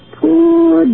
poor